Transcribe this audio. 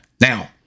Now